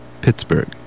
Pittsburgh